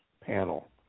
panel